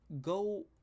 go